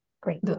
great